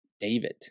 David